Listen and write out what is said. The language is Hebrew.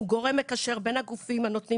הוא גורם מקשר בין הגופים הנותנים